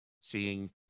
seeing